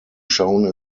shown